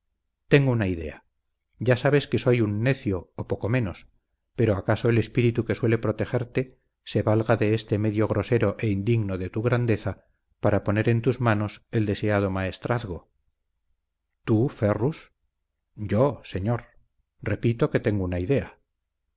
tengo una idea ya sabes que soy un necio o poco menos pero acaso el espíritu que suele protegerte se valga de este medio grosero e indigno de tu grandeza para poner en tus manos el deseado maestrazgo tú ferrus yo señor repito que tengo una idea